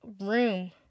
room